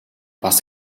бас